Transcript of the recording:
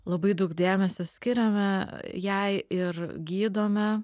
labai daug dėmesio skiriame jai ir gydome